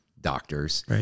doctors